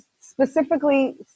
specifically